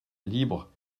libre